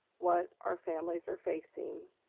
what our families are facing,